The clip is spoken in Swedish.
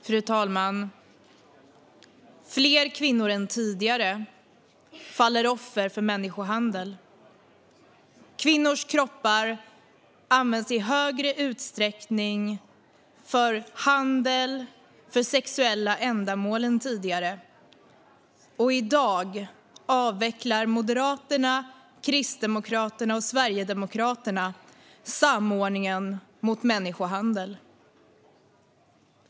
Fru talman! Fler kvinnor än tidigare faller offer för människohandel. Kvinnors kroppar används i större utsträckning för handel för sexuella ändamål än tidigare. Och i dag avvecklar Moderaterna, Kristdemokraterna och Sverigedemokraterna samordningen mot människohandel.